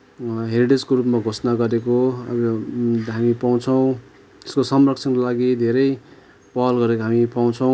हेरिटेजको रूपमा घोषणा गरेको हामी पाउँछौँ यसको संरक्षणको लागि धेरै पहल गरेको हामी पाउँछौँ